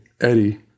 Eddie